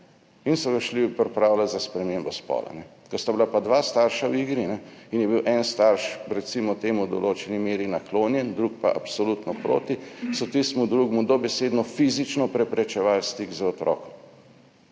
in so ga šli pripravljat za spremembo spola. Ko sta bila pa dva starša v igri in je bil en starš, recimo temu, v določeni meri naklonjen, drugi pa absolutno proti, so tistemu drugemu dobesedno fizično preprečevali stik z otrokom.